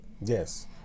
Yes